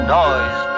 noise